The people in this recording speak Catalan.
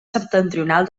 septentrional